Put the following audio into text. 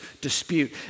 dispute